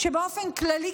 באופן כללי,